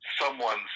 someone's